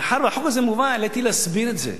מאחר שהחוק הזה מובא עליתי להסביר את זה,